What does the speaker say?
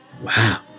Wow